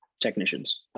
technicians